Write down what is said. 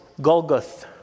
Golgoth